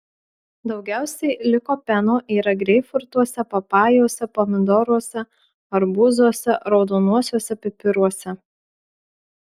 daugiausiai likopeno yra greipfrutuose papajose pomidoruose arbūzuose raudonuosiuose pipiruose